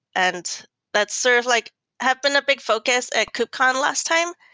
and that's sort of like have been a big focus at kubcon last time,